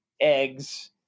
eggs